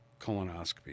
colonoscopy